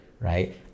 right